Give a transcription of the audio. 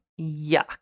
Yuck